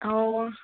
অঁ